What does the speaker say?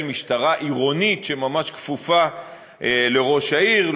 משטרה עירונית שממש כפופה לראש העיר,